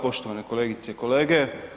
Poštovane kolegice i kolege.